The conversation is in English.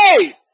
hey